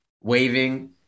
waving